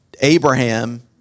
Abraham